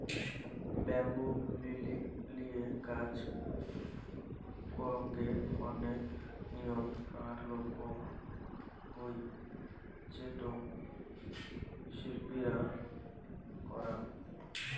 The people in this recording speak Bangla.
ব্যাম্বু লিয়ে কাজ করঙ্গের অনেক নিয়ম আর রকম হই যেটো শিল্পীরা করাং